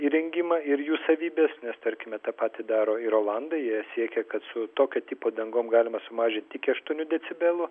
įrengimą ir jų savybes nes tarkime tą patį daro ir olandai jie siekia kad su tokio tipo dangom galima sumažinti iki aštuonių decibelų